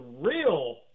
real